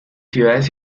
ciudades